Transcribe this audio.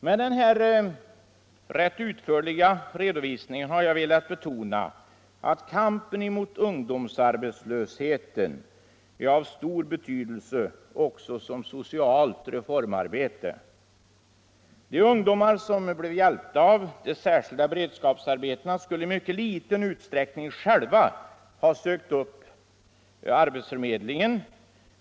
Med den här rätt utförliga redovisningen har jag velat betona att kampen mot ungdomsarbetslösheten är av stor betydelse också som socialt reformarbete. De ungdomar som blev hjälpta av de särskilda beredskapsarbetena skulle i mycket liten utsträckning själva ha sökt upp arbetsförmedlingen.